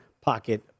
Pocket